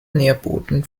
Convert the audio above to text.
nährboden